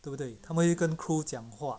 对不对他们会跟 crew 讲话